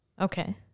Okay